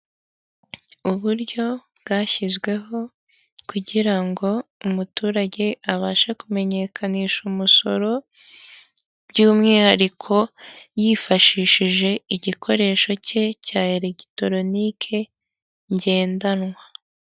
Uburyo bwashyizweho kugira ngo umuturage abashe kumenyekanisha umusoro, by'umwihariko yifashishije igikoresho cye cya elegitoroniki ngendanwa.